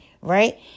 right